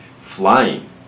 flying